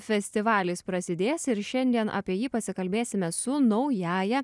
festivalis prasidės ir šiandien apie jį pasikalbėsime su naująja